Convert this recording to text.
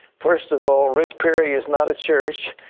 first of all, rick perry is not a church,